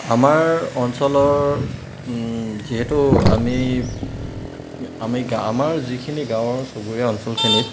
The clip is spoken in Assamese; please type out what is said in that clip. আমাৰ অঞ্চলৰ যিহেতু আমি আমি গা আমাৰ যিখিনি গাঁৱৰ চুবুৰীয়া অঞ্চলখিনিত